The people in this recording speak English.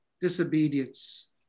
disobedience